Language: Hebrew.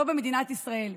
לא במדינת ישראל.